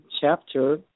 chapter